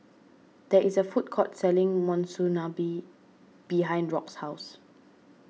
there is a food court selling Monsunabe behind Rock's house